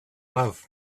love